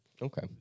Okay